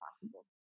possible